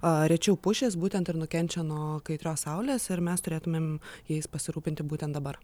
rečiau pušys būtent ir nukenčia nuo kaitrios saulės ir mes turėtumėm jais pasirūpinti būtent dabar